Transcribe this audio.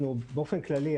באופן כללי,